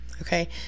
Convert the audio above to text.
Okay